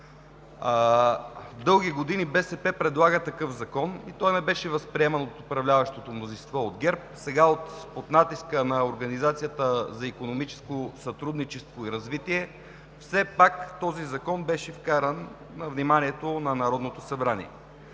Дълги години БСП предлага такъв закон, но той не беше възприеман от управляващото мнозинство от ГЕРБ. Сега под натиска на Организацията за икономическо сътрудничество и развитие все пак законът беше вкаран на вниманието на Народното събрание.